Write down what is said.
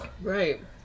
right